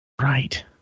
Right